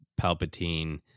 Palpatine